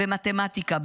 במתמטיקה,